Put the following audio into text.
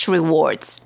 Rewards